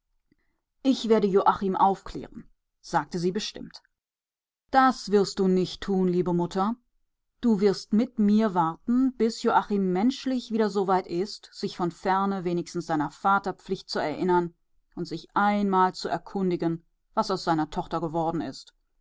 ich werde joachim aufklären sagte sie bestimmt das wirst du nicht tun liebe mutter du wirst mit mir warten bis joachim menschlich wieder so weit ist sich von ferne wenigstens seiner vaterpflicht zu erinnern und sich einmal zu erkundigen was aus seiner tochter geworden ist